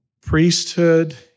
priesthood